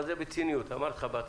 אבל זה בציניות, כפי שאמרתי לך.